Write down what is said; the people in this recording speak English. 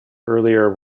earlier